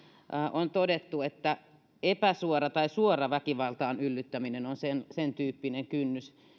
on todettu että epäsuora tai suora väkivaltaan yllyttäminen on sentyyppinen kynnys